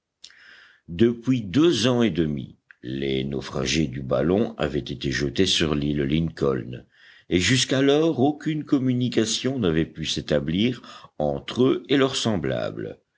depuis deux ans et demi les naufragés du ballon avaient été jetés sur l'île lincoln et jusqu'alors aucune communication n'avait pu s'établir entre eux et leurs semblables